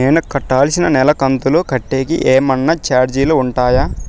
నేను కట్టాల్సిన నెల కంతులు కట్టేకి ఏమన్నా చార్జీలు ఉంటాయా?